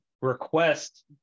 request